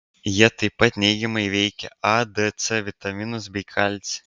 jie tai pat neigiamai veikia a d c vitaminus bei kalcį